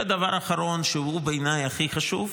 ודבר אחרון, שהוא בעיניי הכי חשוב,